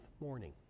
morning